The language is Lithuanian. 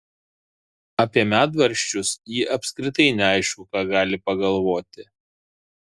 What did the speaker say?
apie medvaržčius ji apskritai neaišku ką gali pagalvoti